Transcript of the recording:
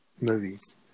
movies